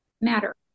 matter